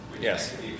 Yes